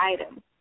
item